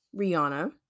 Rihanna